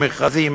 מכרזים,